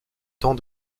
temps